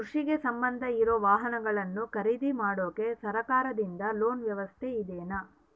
ಕೃಷಿಗೆ ಸಂಬಂಧ ಇರೊ ವಾಹನಗಳನ್ನು ಖರೇದಿ ಮಾಡಾಕ ಸರಕಾರದಿಂದ ಲೋನ್ ವ್ಯವಸ್ಥೆ ಇದೆನಾ?